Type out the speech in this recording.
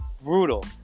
Brutal